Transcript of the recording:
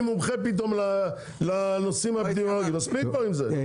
מומחה פתאום לנושאים האפידמיולוגיים מספיק עם זה.